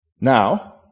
Now